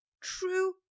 true